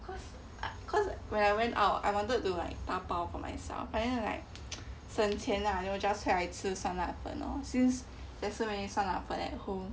cause I cause when I went out I wanted to like 打包 for myself then like 省钱 lah they 我 just 回来吃酸辣粉 lor since there are so many 酸辣粉 at home